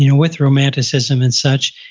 you know with romanticism and such.